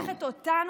היא הופכת אותנו,